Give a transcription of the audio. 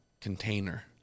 container